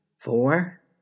four